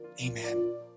Amen